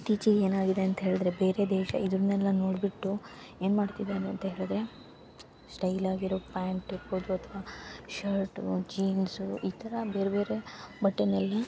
ಇತ್ತೀಚಿಗೆ ಏನಾಗಿದೆ ಅಂತ ಹೇಳಿದರೆ ಬೇರೆ ದೇಶ ಇದನ್ನೆಲ್ಲ ನೋಡ್ಬಿಟ್ಟು ಏನು ಮಾಡ್ತಿದ್ದಾರೆ ಅಂತ ಹೇಳಿದರೆ ಸ್ಟೈಲಾಗಿ ಇರೊ ಪ್ಯಾಂಟು ಇರ್ಬೋದು ಅಥ್ವ ಶರ್ಟು ಜೀನ್ಸ್ ಈ ಥರ ಬೇರೆ ಬೇರೆ ಬಟ್ಟೆನೆಲ್ಲ